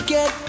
Get